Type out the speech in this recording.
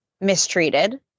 mistreated